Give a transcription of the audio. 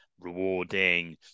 rewarding